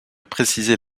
préciser